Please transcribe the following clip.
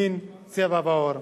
מין וצבע עור.